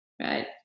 right